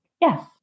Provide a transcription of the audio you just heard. Yes